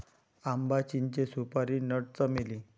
आंबा, चिंचे, सुपारी नट, चमेली